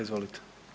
Izvolite.